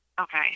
Okay